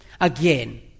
Again